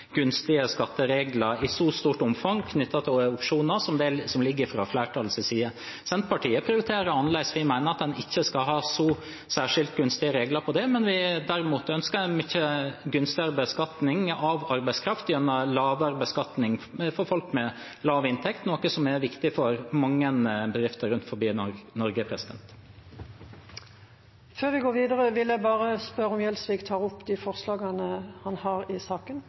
gunstige skatteregler knyttet til opsjoner i så stort omfang som det som foreligger fra flertallets side. Senterpartiet prioriterer annerledes, vi mener at en ikke skal ha så særskilt gunstige regler på det området. Derimot ønsker vi en mye gunstigere beskatning av arbeidskraft gjennom lavere beskatning for folk med lav inntekt, noe som er viktig for mange bedrifter rundt om i Norge. Før vi går videre, vil jeg bare spørre representanten Gjelsvik om han vil ta opp de forslagene han og Senterpartiet har i